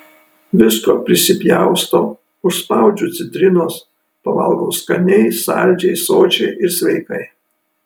visko prisipjaustau užspaudžiu citrinos pavalgau skaniai saldžiai sočiai ir sveikai